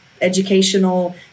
educational